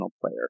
player